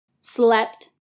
slept